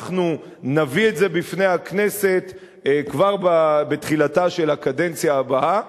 אנחנו נביא את זה בפני הכנסת כבר בתחילתה של הקדנציה הבאה.